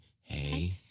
hey